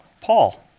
Paul